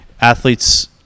athletes